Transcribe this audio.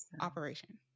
operation